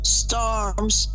storms